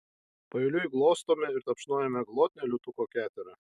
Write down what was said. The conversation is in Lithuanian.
paeiliui glostome ir tapšnojame glotnią liūtuko keterą